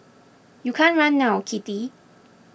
you can't run now Kitty